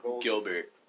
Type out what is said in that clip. Gilbert